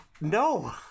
No